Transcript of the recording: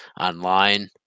online